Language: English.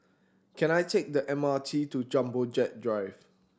can I take the M R T to Jumbo Jet Drive